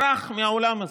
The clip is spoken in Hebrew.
ברח מהאולם הזה.